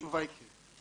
התשובה היא כן.